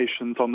on